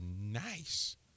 nice